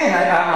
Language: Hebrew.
כן.